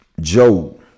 Joe